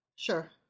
Sure